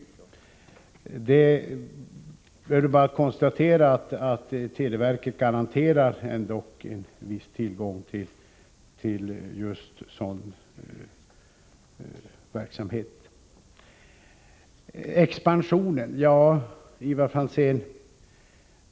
Jag vill i detta sammanhang bara konstatera att televerket ändå garanterar en viss service på det här området. När det gäller expansionen vill jag säga följande till Ivar Franzén.